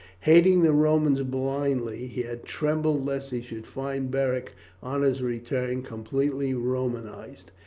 hating the romans blindly he had trembled lest he should find beric on his return completely romanized.